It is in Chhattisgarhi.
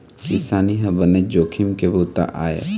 किसानी ह बनेच जोखिम के बूता आय